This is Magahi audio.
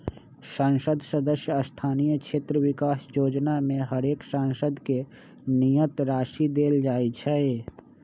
संसद सदस्य स्थानीय क्षेत्र विकास जोजना में हरेक सांसद के नियत राशि देल जाइ छइ